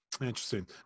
Interesting